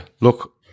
Look